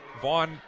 Vaughn